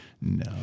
No